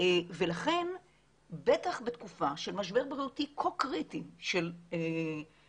ולכן בטח בתקופה של משבר בריאותי כה קריטי של תחלואה